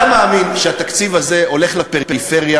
אתה מאמין שהתקציב הזה הולך לפריפריה